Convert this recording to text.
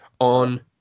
on